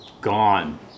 gone